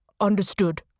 Understood